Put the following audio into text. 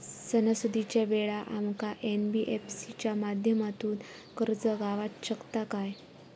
सणासुदीच्या वेळा आमका एन.बी.एफ.सी च्या माध्यमातून कर्ज गावात शकता काय?